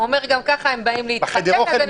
אתה אומר גם ככה הם באים אז הם יתחתנו.